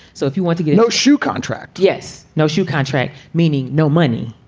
so if you want to get no shoe contract. yes, no shoe contract. meaning no money,